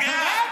מנדלבלוף נפגע.